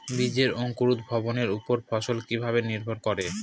বীজের অঙ্কুর ভবনের ওপর ফলন কিভাবে নির্ভর করে?